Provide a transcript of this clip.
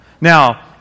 Now